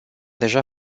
deja